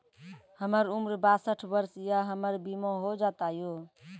हमर उम्र बासठ वर्ष या हमर बीमा हो जाता यो?